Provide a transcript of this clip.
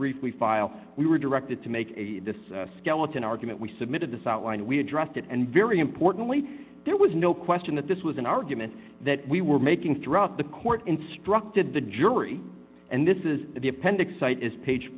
brief we file we were directed to make this skeleton argument we submitted this outline we addressed it and very importantly there was no question that this was an argument that we were making throughout the court instructed the jury and this is the appendix site is page